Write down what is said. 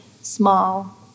small